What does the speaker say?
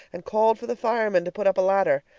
and called for the firemen to put up a ladder.